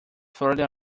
trotted